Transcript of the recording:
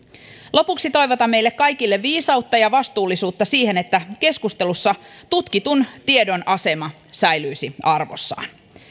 lopuksi toivotan meille kaikille viisautta ja vastuullisuutta siihen että keskustelussa tutkitun tiedon asema säilyisi arvossaan